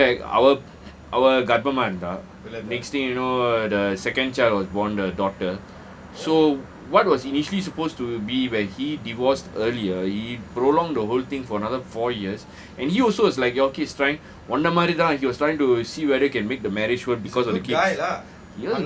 he came back அவ கர்பமா இருந்தா:awa awa garpama iruntha next thing you know the second child was born the daughter so what was initially supposed to be where he divorced earlier he prolong the whole thing for another four years and he also is like your case trying உன்ன மாதிரி தான்:unna maathiri thaan he was trying to see whether can make the marriage work because of the kids